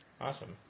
awesome